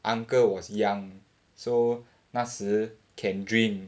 uncle was young so 那时 can drink